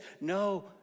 No